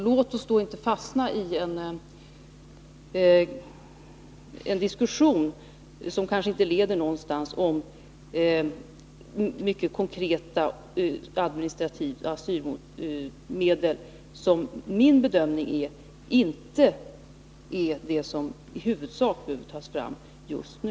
Låt oss då inte fastna i en diskussion, som kanske inte leder någonstans, om mycket konkreta, administrativa styrmedel. De är enligt min bedömning inte det som i huvudsak behöver tas fram just nu.